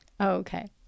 okay